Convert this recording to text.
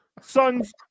son's